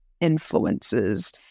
influences